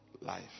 life